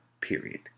Period